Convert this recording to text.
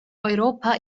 europa